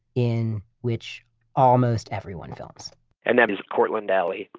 in which almost everyone films and that is cortlandt alley,